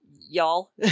y'all